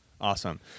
Awesome